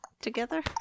together